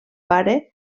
pare